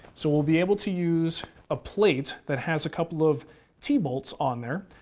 so we'll be able to use a plate that has a couple of t bolts on there.